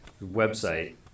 website